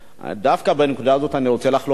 דווקא בנקודה הזאת אני רוצה לחלוק עליך.